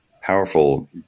powerful